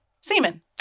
semen